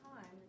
time